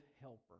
helper